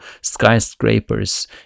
skyscrapers